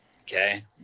okay